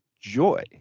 joy